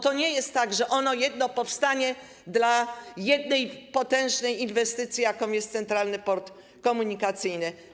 To nie jest tak, że ono jedno powstanie dla jednej potężnej inwestycji, jaką jest Centralny Port Komunikacyjny.